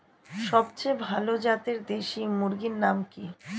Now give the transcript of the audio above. সবচেয়ে ভালো জাতের দেশি মুরগির নাম কি?